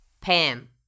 Pam